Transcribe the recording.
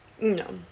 No